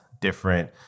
different